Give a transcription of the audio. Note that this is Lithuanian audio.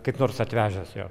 kaip nors atvežęs jo